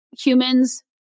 humans